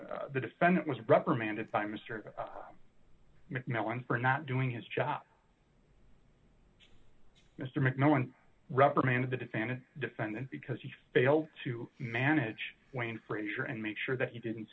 mcveigh the defendant was reprimanded by mister mcmillan for not doing his job mr mcmillan reprimanded the defendant defendant because he failed to manage wayne frazier and make sure that he didn't